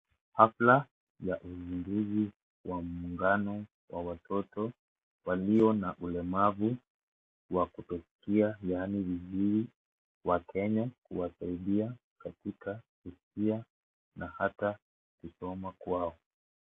Hafla ya uzinduzi wa muungano wa watoto walio na ulemavu wa kutoskia yaani viziwi wa Kenya kuwasaidia katika kuskia na hata kusoma kwao.